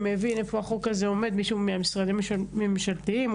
מישהו מהמשרדים הממשלתיים,